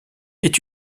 est